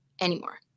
anymore